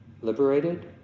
liberated